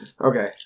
Okay